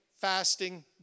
fasting